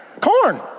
Corn